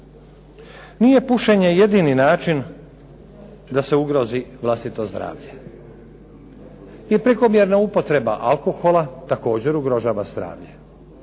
Nije pušenje jedini način da se ugrozi vlastito zdravlje. I prekomjerna upotreba alkohola također ugrožava zdravlje,